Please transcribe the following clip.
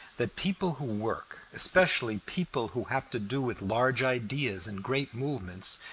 that people who work, especially people who have to do with large ideas and great movements,